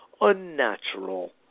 unnatural